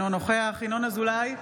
אינו נוכח ינון אזולאי,